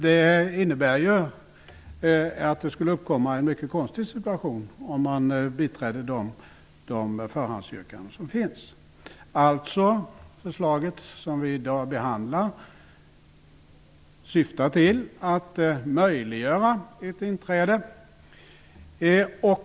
Det betyder att det skulle uppkomma en mycket konstig situation, om riksdagen biträdde det avslagsyrkande som finns. Alltså: Förslaget som vi i dag behandlar syftar till att möjliggöra ett inträde.